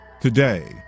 Today